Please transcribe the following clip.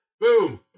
Boom